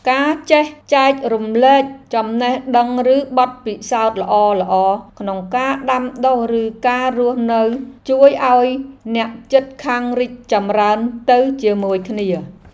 ការចេះចែករំលែកចំណេះដឹងឬបទពិសោធន៍ល្អៗក្នុងការដាំដុះឬការរស់នៅជួយឱ្យអ្នកជិតខាងរីកចម្រើនទៅជាមួយគ្នា។